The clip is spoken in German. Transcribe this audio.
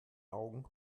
augen